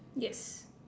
yes